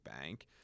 bank